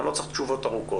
גם לא צריך תשובות ארוכות.